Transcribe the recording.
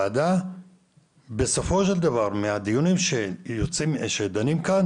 הוועדה דנה בייחודיות שיש ליישובים הדרוזיים והצ'רקסיים.